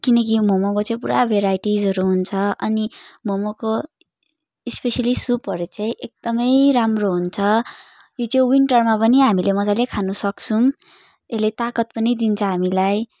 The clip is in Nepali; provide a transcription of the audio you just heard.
किनकि यो मोमो चाहिँ पुरा भेराइटिजहरू हुन्छ अनि मोमोको स्पेसियली सुपहरू चाहिँ एकदमै राम्रो हुन्छ यो चाहिँ विन्टरमा पनि हामीले मजाले खानु सक्छौँ यसले ताकत पनि दिन्छ हामीलाई